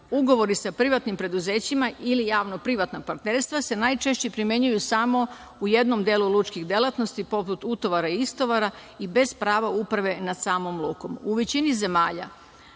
Ugovori sa privatnim preduzećima ili javno-privatna partnerstva se najčešće primenjuju samo u jednom delu lučkih delatnosti poput utovara i istovara i bez prava uprave nad samom lukom.U